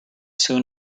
soon